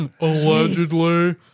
Allegedly